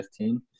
2015